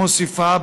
היא מוסיפה,